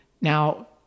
Now